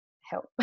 help